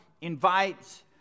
invites